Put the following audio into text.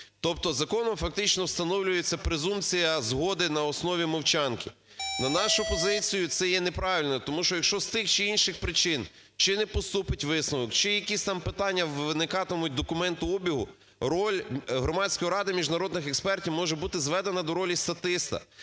Тобто законом фактично встановлюється презумпція згоди на основі мовчанки. На нашу позицію, це є неправильно. Тому що, якщо з тих чи інших причин чи не поступить висновок, чи якісь там питання виникатимуть в документообігу, роль Громадської ради міжнародних експертів може бути зведена до ролі статиста.